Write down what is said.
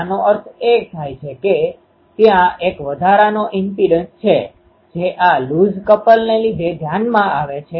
એનો અર્થ હું કહી શકું કે r1r2≈r છે ચાલો આપણે કહીએ કે તે કંપનવિસ્તારના ભાગમાં છે